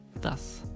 thus